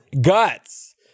Guts